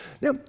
Now